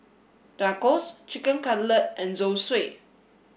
Tacos Chicken Cutlet and Zosui